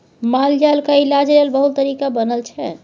मालजालक इलाज लेल बहुत तरीका बनल छै